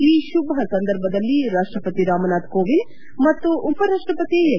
ಈ ಶುಭ ಸಂದರ್ಭದಲ್ಲಿ ರಾಷ್ಷಪತಿ ರಾಮನಾಥ್ ಕೋವಿಂದ್ ಮತ್ತು ಉಪರಾಷ್ಷಪತಿ ಎಂ